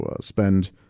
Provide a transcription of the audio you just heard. spend